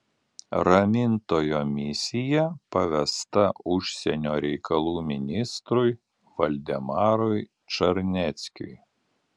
ramintojo misija pavesta užsienio reikalų ministrui valdemarui čarneckiui